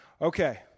Okay